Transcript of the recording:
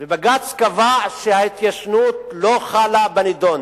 ובג"ץ קבע שההתיישנות לא חלה בנדון.